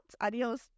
Adios